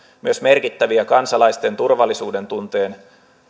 myös merkittäviä kansalaisten turvallisuudentunteen